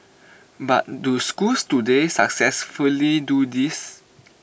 but do schools today successfully do this